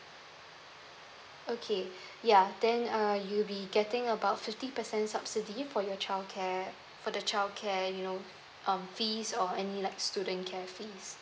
okay ya then uh you'll be getting about fifty percent subsidy for your child care for the child care you know um fees or any like student care fees